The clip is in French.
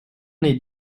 n’est